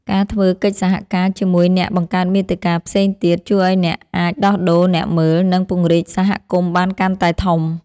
ការធ្វើកិច្ចសហការ ជាមួយអ្នកបង្កើតមាតិកាផ្សេងទៀត ជួយឱ្យអ្នកអាចដោះដូរអ្នកមើល និងពង្រីកសហគមន៍បានកាន់តែធំ។